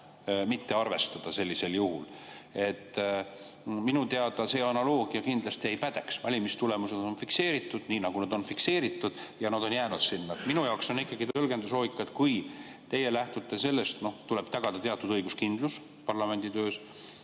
mitte arvestada sellisel juhul … Minu teada see analoogia kindlasti ei pädeks, valimistulemused on fikseeritud nii, nagu nad on fikseeritud, ja nad on jäänud selliseks. Minu jaoks on tõlgendusloogika selline, et kui teie lähtute sellest, et tuleb tagada teatud õiguskindlus parlamendi töös,